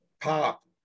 pop